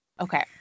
Okay